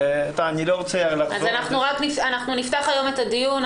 אנחנו נפתח היום את הדיון.